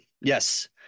Yes